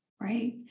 right